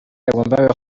yagombaga